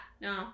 No